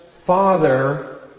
father